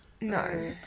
No